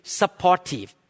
supportive